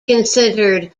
considered